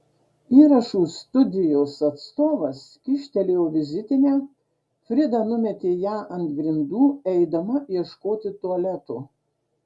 įrašų studijos atstovas kyštelėjo vizitinę frida numetė ją ant grindų eidama ieškoti tualeto